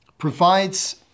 provides